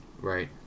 Right